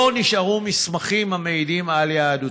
לא נשארו מסמכים המעידים על יהדותה.